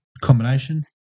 combination